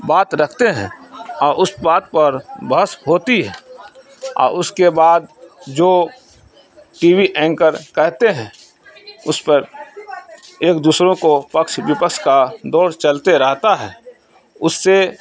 بات رکھتے ہیں اور اس بات پر بحث ہوتی ہے اور اس کے بعد جو ٹی وی اینکر کہتے ہیں اس پر ایک دوسروں کو پکش ویپکش کا دور چلتے رہتا ہے اس سے